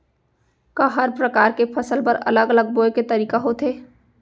का हर प्रकार के फसल बर अलग अलग बोये के तरीका होथे?